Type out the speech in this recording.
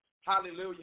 Hallelujah